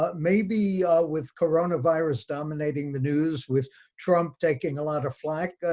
ah maybe with coronavirus dominating the news, with trump taking a lot of flack,